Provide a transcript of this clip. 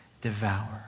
devour